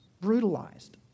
brutalized